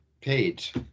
page